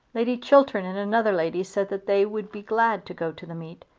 lady chiltern and another lady said that they would be glad to go to the meet,